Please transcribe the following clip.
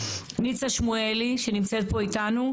ניצה שמואלי שנמצאת פה שמואלי.